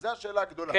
זו השאלה הגדולה.